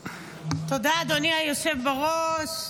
תודה, אדוני היושב בראש.